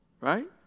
right